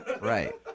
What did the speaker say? right